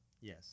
Yes